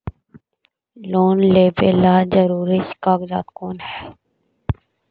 Loan लेब ला जरूरी कागजात कोन है?